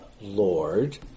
Lord